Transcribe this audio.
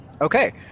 Okay